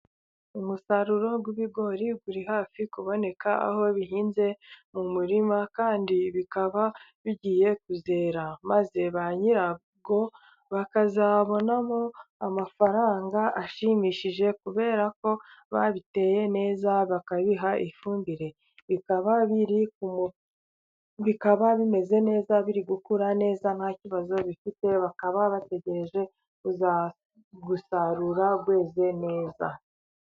Umusaruro w'ibigori uri hafi kuboneka, aho bihinze mu murima, kandi bikaba bigiye kuzera maze ba nyirabwo bakazabonamo amafaranga ashimishije kubera ko babiteye neza, bakabiha ifumbire, bikaba bimeze neza, biri gukura neza, nta kibazo bifite, bakaba bategereje gusarura byeze neza.